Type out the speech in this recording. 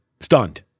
Stunned